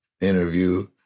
interview